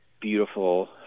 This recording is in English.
beautiful